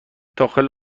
داخل